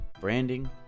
branding